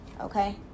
Okay